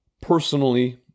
personally